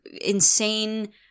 insane